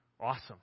awesome